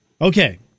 Okay